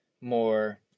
more